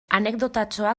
anekdotatxoa